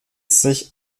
sich